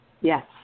Yes